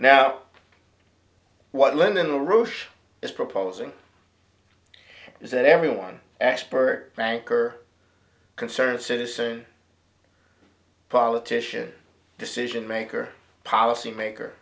now what lyndon la rouche is proposing is that everyone expert banker concerned citizen politician decision maker policy maker